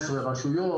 18 רשויות.